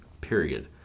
period